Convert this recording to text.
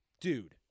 Dude